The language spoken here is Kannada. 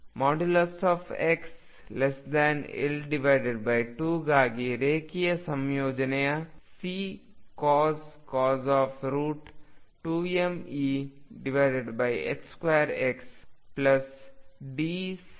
ಮತ್ತು xL2 ಗಾಗಿ ರೇಖೀಯ ಸಂಯೋಜನೆಯ Ccos 2mE2x Dsin 2mE2x ಆಗಿರಬಹುದು